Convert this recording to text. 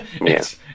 yes